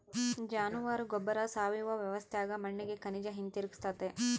ಜಾನುವಾರ ಗೊಬ್ಬರ ಸಾವಯವ ವ್ಯವಸ್ಥ್ಯಾಗ ಮಣ್ಣಿಗೆ ಖನಿಜ ಹಿಂತಿರುಗಿಸ್ತತೆ